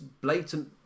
blatant